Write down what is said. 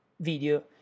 video